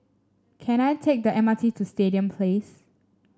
can I take the M R T to Stadium Place